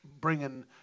bringing